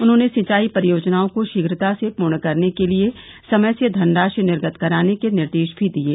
उन्होंने सिंचाई परियोजनाओं को शीघ्रता से पूर्ण करने के लिये समय से धनराशि निर्गत कराने के निर्देश भी दिये